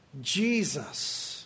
Jesus